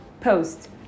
post